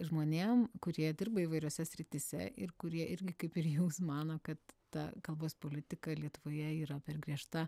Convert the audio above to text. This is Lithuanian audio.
žmonėm kurie dirba įvairiose srityse ir kurie irgi kaip ir jūs mano kad ta kalbos politika lietuvoje yra per griežta